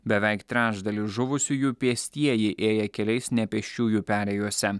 beveik trečdalis žuvusiųjų pėstieji ėję keliais ne pėsčiųjų perėjose